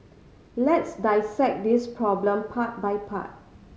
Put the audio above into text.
let's dissect this problem part by part